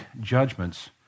judgments